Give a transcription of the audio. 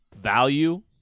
value